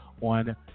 on